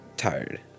tired